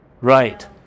Right